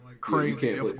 crazy